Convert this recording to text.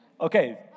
Okay